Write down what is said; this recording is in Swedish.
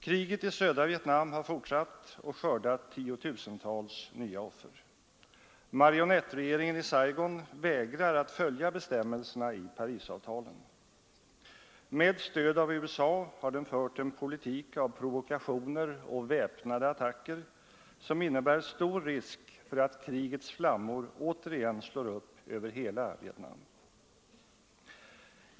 Kriget i södra Vietnam har fortsatt och skördat tiotusentals nya offer. Marionettregeringen i Saigon vägrar att följa bestämmelserna i Parisavtalen. Med stöd av USA har den fört en politik av provokationer och väpnade attacker, som innebär stor risk för att krigets flammor återigen slår upp över hela Vietnam.